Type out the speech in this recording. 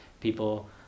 people